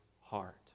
heart